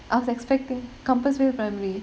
I was expecting compassvale primary